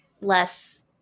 less